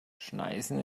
schneisen